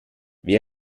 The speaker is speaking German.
wer